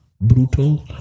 brutal